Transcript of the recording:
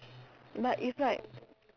but if like